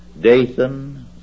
Dathan